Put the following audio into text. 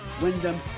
wyndham